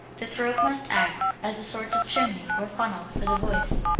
the throat must act as a sort of chimney or funnel for the voice,